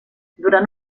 durant